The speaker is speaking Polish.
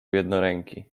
jednoręki